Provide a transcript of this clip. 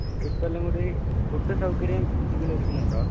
ട്രിപ്പെല്ലാം കൂടി ഫുഡ്ഡ് സൗകര്യം നിങ്ങളൊരുക്കുന്നുണ്ടോ